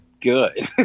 good